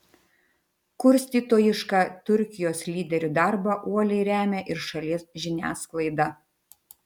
kurstytojišką turkijos lyderių darbą uoliai remia ir šalies žiniasklaida